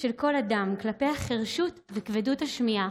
של כל אדם כלפי החירשות וכבדות השמיעה,